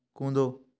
कूदो